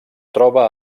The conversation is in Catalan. troba